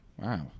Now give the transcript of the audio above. Wow